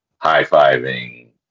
high-fiving